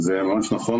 הוא ממש נכון.